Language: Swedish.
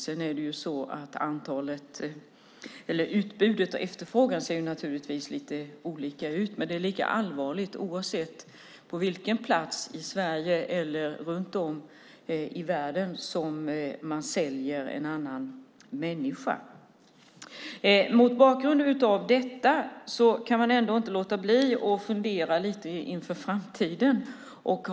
Sedan är det ju så att utbud och efterfrågan naturligtvis ser lite olika ut, men det är lika allvarligt oavsett på vilken plats i Sverige eller runt om i världen som man säljer en annan människa. Mot bakgrund av detta kan jag ändå inte låta bli att fundera lite inför framtiden.